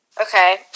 Okay